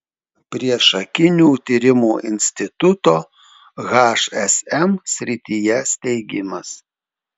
priešakinių tyrimų instituto hsm srityje steigimas